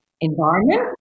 environment